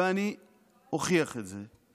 ואני אוכיח את זה,